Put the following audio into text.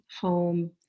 home